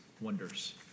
wonders